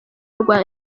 rwa